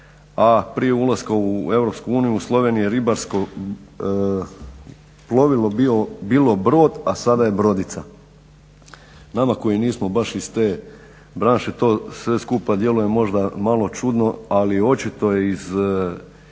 u Europsku uniju Sloveniji je ribarsko plovilo bilo brod a sada je brodica. Nama koji nismo baš iz te branše to sve skupa djeluje možda malo čudno ali očito je iz